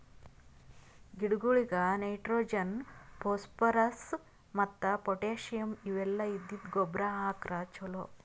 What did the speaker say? ಗಿಡಗೊಳಿಗ್ nitrogen, phosphorus ಮತ್ತ್ potassium ಇವೆಲ್ಲ ಇದ್ದಿದ್ದ್ ಗೊಬ್ಬರ್ ಹಾಕ್ರ್ ಛಲೋ